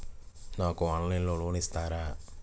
నాకు ఆన్లైన్లో లోన్ ఇస్తారా?